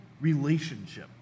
relationship